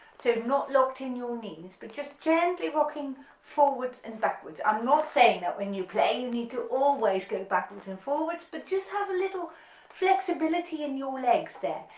not locked in your knees, but just gently rocking forwards and backwards i'm not saying that when you play you need to always go backwards and forwards but just have a little flexibility in your legs there,